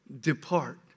depart